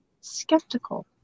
skeptical